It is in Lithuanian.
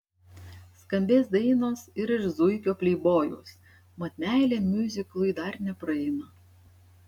skambės dainos ir iš zuikio pleibojaus mat meilė miuziklui dar nepraeina